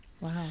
Wow